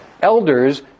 elders